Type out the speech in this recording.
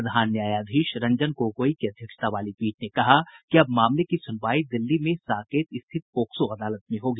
प्रधान न्यायाधीश रंजन गोगोई की अध्यक्षता वाली पीठ ने कहा कि अब मामले की सुनवाई दिल्ली में साकेत स्थित पॉक्सो अदालत में होगी